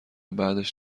بعدش